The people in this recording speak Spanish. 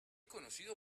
conocido